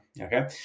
okay